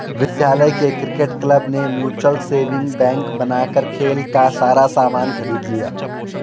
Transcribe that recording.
विद्यालय के cricket club ने म्यूचल सेविंग बैंक बनाकर खेल का सारा सामान खरीद लिया